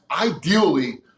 ideally